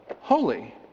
holy